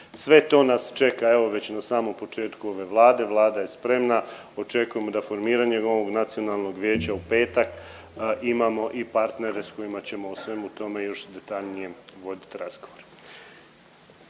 Sve to nas čeka evo već na samom početku ove Vlade, Vlada je spremna, očekujemo da formiranjem novog Nacionalnog vijeća u petak imamo i partnere s kojima ćemo o svemu tome još detaljnije vodit raspravu.